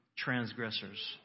Transgressors